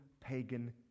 pagan